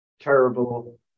terrible